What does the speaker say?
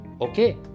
Okay